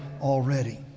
already